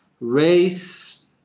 race